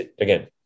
Again